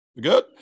Good